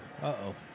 Uh-oh